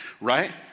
right